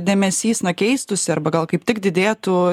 dėmesys na keistųsi arba gal kaip tik didėtų